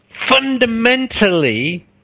fundamentally